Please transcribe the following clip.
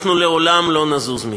אנחנו לעולם לא נזוז מכאן.